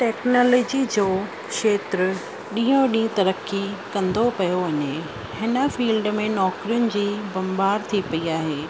technology जो खेत्र ॾीहों ॾींहं तरकी कंदो पियो वञे हिन फील्ड में नौकरियुनि जी बंबार थी पई आहे